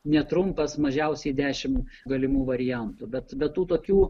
netrumpas mažiausiai dešimt galimų variantų bet be tų tokių